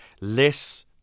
less